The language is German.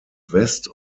west